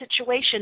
situation